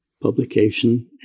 publication